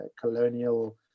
colonial